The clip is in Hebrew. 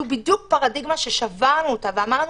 זאת בדיוק הפרדיגמה ששברנו ואמרנו